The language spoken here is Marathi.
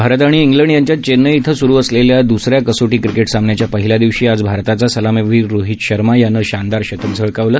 भारत आणि इंग्लंड यांच्यात चेन्नई इथं सुरु असलेल्या दुसऱ्या कसोटी क्रिकेट सामन्याच्या पहिल्या दिवशी आज भारताचा सलामीवीर रोहीत शर्मानं शानदार शतक झळकावलं